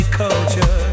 culture